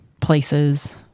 places